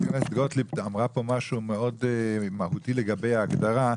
שחברת הכנסת גוטליב אמרה פה משהו מאוד מהותי לגבי ההגדרה,